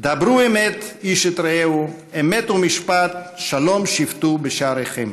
"דברו אמת איש את רעהו אמת ומשפט שלום שפטו בשעריכם".